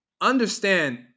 understand